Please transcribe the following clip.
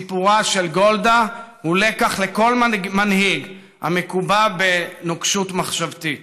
סיפורה של גולדה הוא לקח לכל מנהיג המקובע בנוקשות מחשבתית.